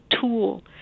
tool